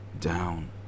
down